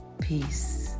Peace